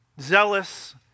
zealous